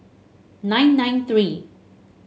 nine nine three